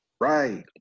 right